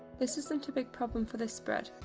this isn't a big problem for this spread,